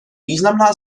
významná